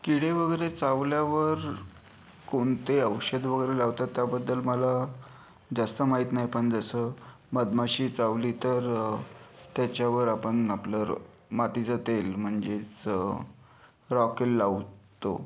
किडे वगैरे चावल्यावर कोणते औषध वगैरे लावतात त्याबद्दल मला जास्त माहीत नाही पण जसं मधमाशी चावली तर त्याच्यावर आपण आपलं मातीचं तेल म्हणजेच रॉकेल लावतो